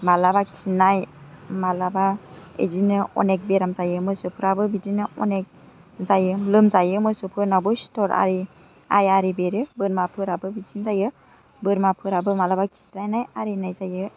मालाबा खिनाय मालाबा इदिनो अनेक बेराम जायो मोसौफ्राबो बिदिनो अनेक जायो लोमजायो मोसौफोरनाबो सिथ'र आइ आरि बेरो बोरमाफोराबो बिदिनो जायो बोरमाफोराबो मालाबा खिस्राइनाय आरिनाय जायो